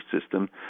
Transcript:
system